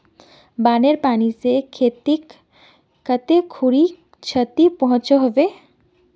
बानेर पानी से खेतीत कते खुरी क्षति पहुँचो होबे?